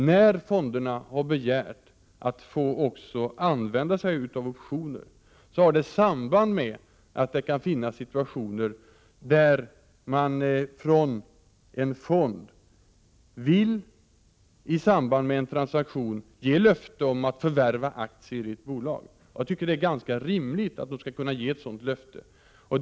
När fonderna har begärt att också få använda sig av optioner har det samband med att det kan finnas situationer där man från en fond vill i samband med en transaktion ge löfte om att förvärva aktier i ett bolag. Jag tycker att det är ganska rimligt att man skall kunna ge ett sådant löfte.